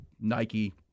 Nike